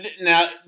now